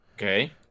Okay